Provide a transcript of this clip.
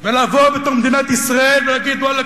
ולבוא בתור מדינת ישראל ולהגיד: וואלכ,